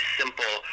simple